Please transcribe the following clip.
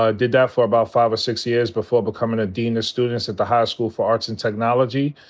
ah did that for about five or six years before becomin' a dean of students at the high school for arts and technology.